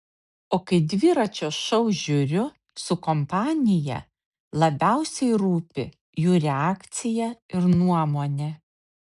o kai dviračio šou žiūriu su kompanija labiausiai rūpi jų reakcija ir nuomonė